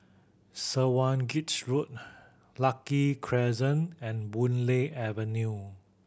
Swanage Road Lucky Crescent and Boon Lay Avenue